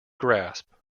grasp